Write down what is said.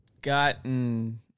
gotten